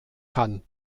kann